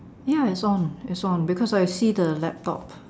ya it's on it's on because I see the laptop